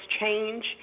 change